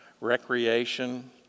recreation